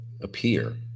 appear